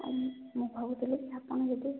ହଉ ମୁଁ ଭାବୁଥିଲି କି ଆପଣ ଯଦି